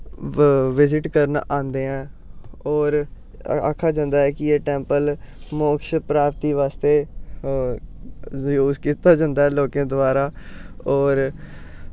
visit करन आंदे ऐं होर आखेआ जंदा ऐ कि एह् टैंपल मोक्ष प्राप्ति बास्तै यूज कीता जंदा ऐ लोकें द्वारा होर